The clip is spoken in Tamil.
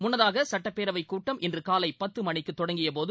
முன்னதாக சுட்டப்பேரவை கூட்டம் இன்று காலை பத்து மணிக்கு தொடங்கியபோது